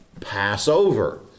Passover